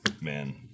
Man